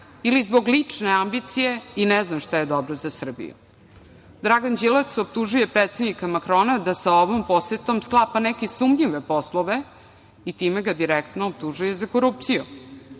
ili zbog lične ambicije i ne zna šta je dobro za Srbiju. Dragan Đilas optužio je predsednika Makrona da sa ovom posetom sklapa neke sumnjive poslove i time ga direktno optužuje za korupciju.